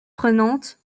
prenante